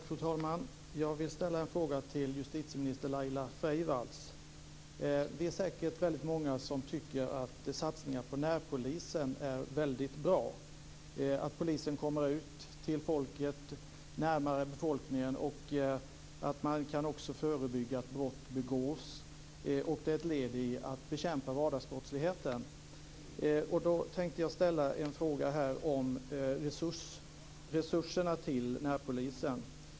Fru talman! Jag vill ställa en fråga till justitieminister Laila Freivalds. Det är säkert många som tycker att satsningar på närpolisen är väldigt bra. Polisen kommer ut till folket, kommer närmare folket och kan också förebygga att brott begås, och det är ett led i att bekämpa vardagsbrottsligheten. Jag vill ställa en fråga om resurserna till närpolisen.